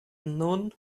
nun